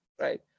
right